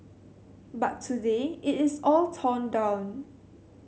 but today it is all torn down